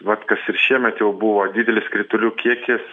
vat kas ir šiemet jau buvo didelis kritulių kiekis